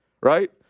right